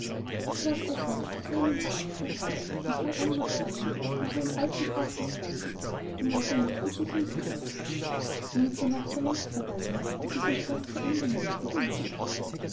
selbst bot seinen arm der herrin und voll anmut schwangen nach einem alten brauch des lands die neuvermählten sich im tanz die mitternacht war längst vergangen da sich im schloß zu ende neigte die lustbarkeit